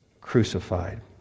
crucified